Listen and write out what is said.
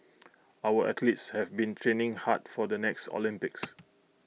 our athletes have been training hard for the next Olympics